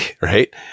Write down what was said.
right